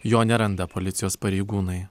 jo neranda policijos pareigūnai